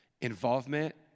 involvement